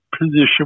position